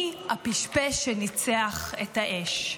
אני הפשפש שניצח את האש.